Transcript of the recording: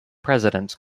presidents